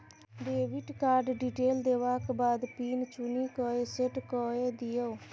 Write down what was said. debit card detail देबाक बाद pin चुनि कए सेट कए दियौ